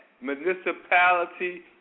municipality